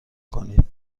کنید